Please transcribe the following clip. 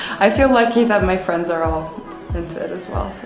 i feel lucky that my friends are all into it as well.